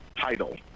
title